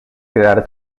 quedar